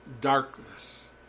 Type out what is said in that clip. darkness